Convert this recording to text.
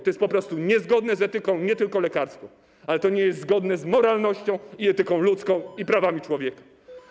To jest po prostu niezgodne z etyką nie tylko lekarską - to nie jest zgodne z moralnością i etyką ludzką, i prawami człowieka.